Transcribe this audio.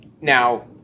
now